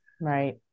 Right